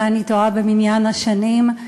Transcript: אולי אני טועה במניין השנים,